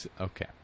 Okay